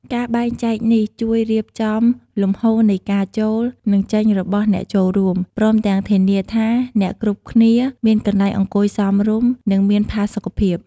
ការបែងចែកនេះជួយរៀបចំលំហូរនៃការចូល និងចេញរបស់អ្នកចូលរួម ព្រមទាំងធានាថាអ្នកគ្រប់គ្នាមានកន្លែងអង្គុយសមរម្យ និងមានផាសុកភាព។